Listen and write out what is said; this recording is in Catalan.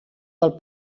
del